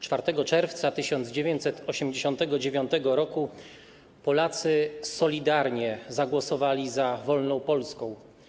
4 czerwca 1989 r. Polacy solidarnie zagłosowali za wolną Polską.